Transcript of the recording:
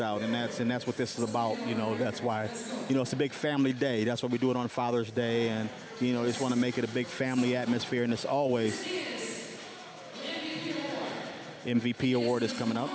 doubt and that's and that's what this is about you know that's why you know it's a big family day that's what we do it on father's day and you know it's want to make it a big family atmosphere and it's always in b p awards coming up